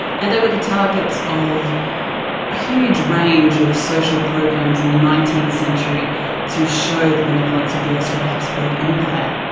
and they were the targets of a huge range of social programs in the nineteenth century to show the benevolence of the austro-hapsburg empire.